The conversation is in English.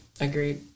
Agreed